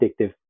addictive